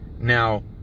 Now